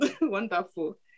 wonderful